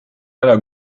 einer